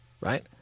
right